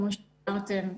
כמו שאמרתם,